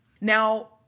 Now